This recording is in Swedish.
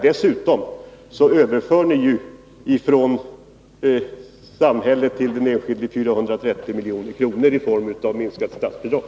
Dessutom överför ni ju från samhället till den enskilde 430 milj.kr. mindre i form av minskade statsbidrag.